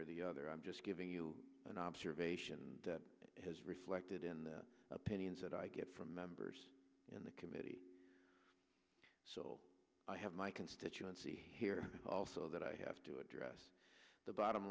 or the other i'm just giving you an observation and it has reflected in the opinions that i get from members in the committee so i have my constituency here also that i have to address the bottom